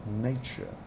nature